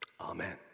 Amen